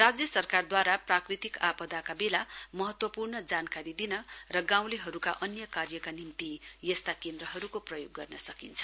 राज्य सरकारद्वारा प्राकृतिक आपदाको बेला महत्वपूर्ण जानकारी दिन र गाउँलेहरू अन्य कार्यका निम्ति यस्ता केन्द्रहरूको प्रयोग गर्न सकिन्छ